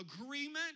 agreement